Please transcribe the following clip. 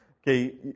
Okay